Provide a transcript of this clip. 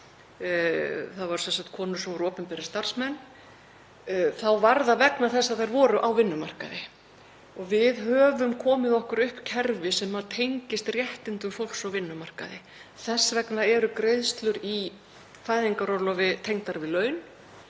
mig, þ.e. konur sem voru opinberir starfsmenn, þá var það vegna þess að þær voru á vinnumarkaði. Við höfum komið okkur upp kerfi sem tengist réttindum fólks á vinnumarkaði. Þess vegna eru greiðslur í fæðingarorlofi tengdar við laun,